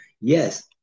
yes